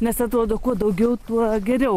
nes atrodo kuo daugiau tuo geriau